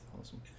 awesome